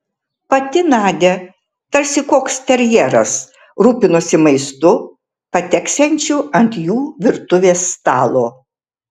pati nadia tarsi koks terjeras rūpinosi maistu pateksiančiu ant jų virtuvės stalo